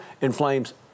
inflames